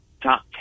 top